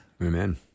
Amen